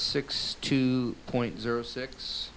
six two point zero six